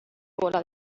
bola